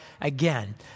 again